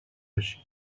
بشین